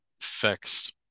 fixed